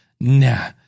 nah